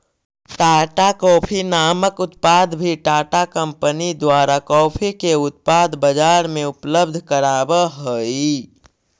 Tata coffee नामक उत्पाद भी टाटा कंपनी द्वारा कॉफी के उत्पाद बजार में उपलब्ध कराब हई